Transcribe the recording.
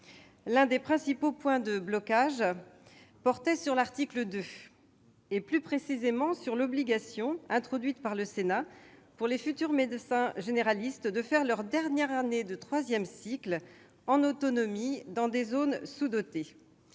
L'un des principaux points de blocage portait sur l'article 2, plus précisément sur l'obligation, introduite par le Sénat, pour les futurs médecins généralistes de faire leur dernière année de troisième cycle « en autonomie » dans une zone sous-dotée.